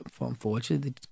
Unfortunately